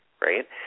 right